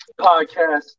Podcast